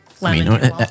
lemon